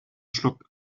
schluckt